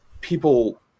people